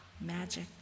magic